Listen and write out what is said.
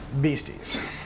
beasties